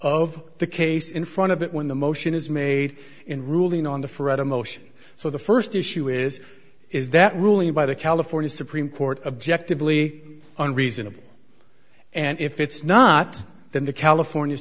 of the case in front of it when the motion is made in ruling on the fred a motion so the first issue is is that ruling by the california supreme court objectively reasonable and if it's not then the california